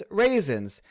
raisins